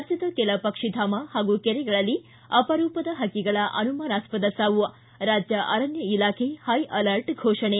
ರಾಜ್ಯದ ಕೆಲ ಪಕ್ಷಿಧಾಮ ಹಾಗೂ ಕೆರೆಗಳಲ್ಲಿ ಅಪರೂಪದ ಪಕ್ಕಿಗಳ ಅನುಮಾನಾಸ್ವದ ಸಾವು ರಾಜ್ಯ ಅರಣ್ಯ ಇಲಾಖೆ ಹೈಅಲರ್ಟ್ ಫೋರ್ಷಣೆ